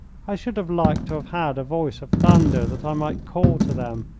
i should have liked to have had a voice of thunder that i might call to them,